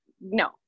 no